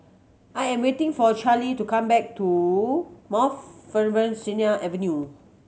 I am waiting for Charley to come back to from Mount Sinai Avenue